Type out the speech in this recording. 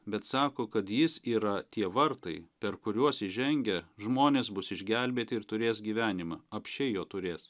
bet sako kad jis yra tie vartai per kuriuos įžengę žmonės bus išgelbėti ir turės gyvenimą apsčiai jo turės